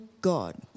God